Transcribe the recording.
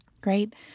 Great